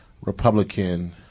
republican